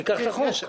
תיקח את החוק.